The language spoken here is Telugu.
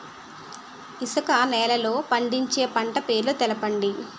ఇసుక నేలల్లో పండించే పంట పేర్లు తెలపండి?